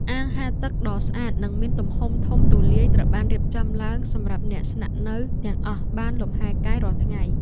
អាងហែលទឹកដ៏ស្អាតនិងមានទំហំធំទូលាយត្រូវបានរៀបចំឡើងសម្រាប់អ្នកស្នាក់នៅទាំងអស់បានលំហែកាយរាល់ថ្ងៃ។